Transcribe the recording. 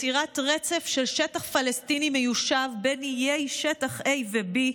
"יצירת רצף של שטח פלסטיני מיושב בין איי שטח A ו-B,